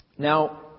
Now